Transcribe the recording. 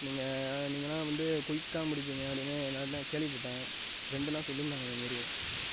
நீங்கள் நீங்களெலாம் வந்து குயிக்காக முடிப்பீங்க அப்படினு நான் கேள்விப்பட்டேன் ஃப்ரெண்டெலாம் சொல்லியிருந்தாங்க அதேமாரி